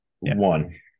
one